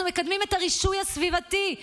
אנחנו מקדמים את הרישוי הסביבתי,